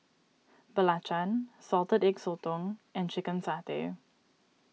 Belacan Salted Egg Sotong and Chicken Satay